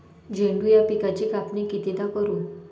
झेंडू या पिकाची कापनी कितीदा करू?